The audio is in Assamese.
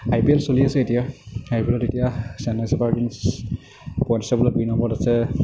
আই পি এল চলি আছে এতিয়া আই পি এলত এতিয়া চেন্নাই ছুপাৰ কিংছ দুই নম্বৰত আছে